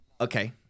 Okay